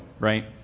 right